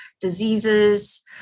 diseases